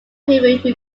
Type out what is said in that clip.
people